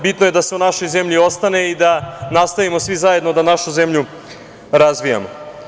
Bitno je da se u našoj zemlji ostane i da nastavimo svi zajedno da našu zemlju razvijamo.